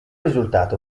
risultato